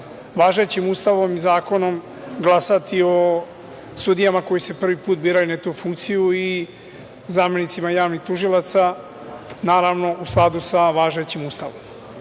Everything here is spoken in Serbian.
važećim Ustavom i zakonom, glasati o sudijama koji se prvi put biraju na tu funkciju i zamenicima javnih tužilaca, naravno, u skladu sa važećim Ustavom. Već